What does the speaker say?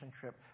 trip